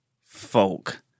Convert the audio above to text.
folk